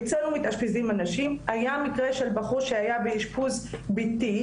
היה מקרה של בחור שהיה באשפוז ביתי,